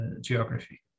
geography